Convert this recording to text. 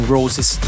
Roses